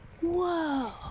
Whoa